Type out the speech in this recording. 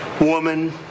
woman